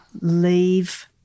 leave